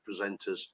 presenters